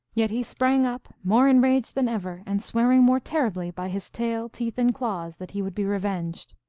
yet he sprang up, more enraged than ever, and swearing more terribly by his tail, teeth, and claws that he would be revenged.